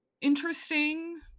Interesting